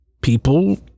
people